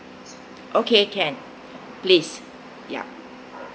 okay can please ya